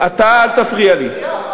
אתה אל תפריע לי.